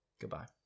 Goodbye